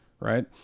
Right